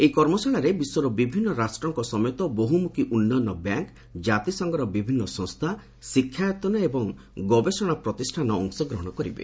ଏହି କର୍ମଶାଳାରେ ବିଶ୍ୱର ବିଭିନ୍ନ ରାଷ୍ଟ୍ରଙ୍କ ସମେତ ବହୁମୁଖୀ ଉନ୍ନୟନ ବ୍ୟାଙ୍କ୍ ଜାତିସଂଘର ବିଭିନ୍ନ ସଂସ୍ଥା ଶିକ୍ଷାୟଉନ ଏବଂ ଗବେଷଣା ପ୍ରତିଷ୍ଠାନ ଅଂଶଗ୍ରହଣ କରିବେ